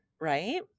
Right